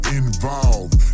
involved